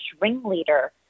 ringleader